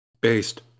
Based